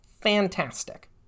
fantastic